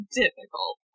difficult